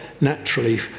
naturally